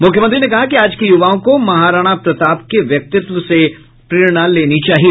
मुख्यमंत्री ने कहा कि आज के युवाओं को महाराणा प्रताप के व्यक्तित्व से प्रेरणा लेनी चाहिए